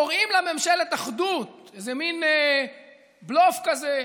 קוראים לה ממשלת אחדות, איזה מין בלוף כזה,